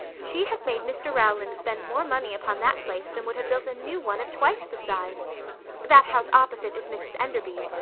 she has made mr rowland spend more money upon that place than would have built a new one of twice the size that house opposite is mrs enderby's,